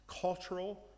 cultural